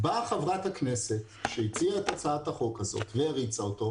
באה חברת הכנסת שהציעה את הצעת החוק הזאת ואומרת,